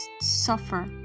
suffer